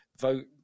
vote